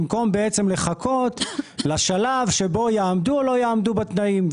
במקום בעצם לחכות לשלב שבו יעמדו או לא יעמדו בתנאים.